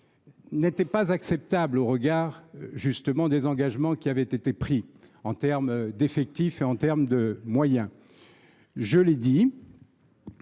n’était pas acceptable au regard justement des engagements qui avaient été pris en termes d’effectifs et en termes de moyens. Je l’ai dit,